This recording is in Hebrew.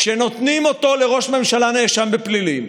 כשנותנים אותו לראש ממשלה נאשם בפלילים,